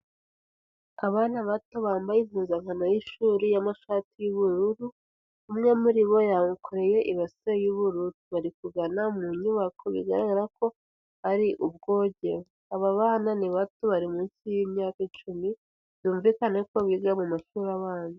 Abana bato bambaye impuzankano y'ishuri y'amashati y'ubururu, umwe muri bo yamukoreye ibase y'ubururu bari kugana mu nyubako bigaragara ko ari ubwogero, aba bana ni bato bari munsi y'imyaka icumi, byumvikane ko biga mu mashuri abanza.